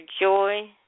joy